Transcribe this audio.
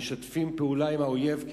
משתפים פעולה עם האויב,